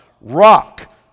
rock